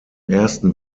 ersten